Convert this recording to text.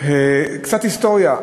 קצת היסטוריה.